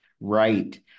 right